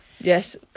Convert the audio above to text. Yes